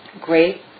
great